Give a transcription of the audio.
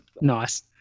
Nice